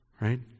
Right